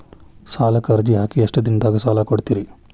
ಸಾಲಕ ಅರ್ಜಿ ಹಾಕಿ ಎಷ್ಟು ದಿನದಾಗ ಸಾಲ ಕೊಡ್ತೇರಿ?